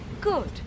Good